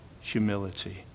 humility